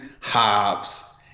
Hobbs